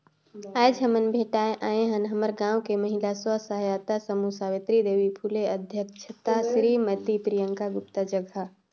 आयज हमन भेटाय आय हन हमर गांव के महिला स्व सहायता समूह सवित्री देवी फूले अध्यक्छता सिरीमती प्रियंका गुप्ता जघा